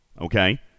okay